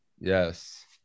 Yes